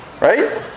right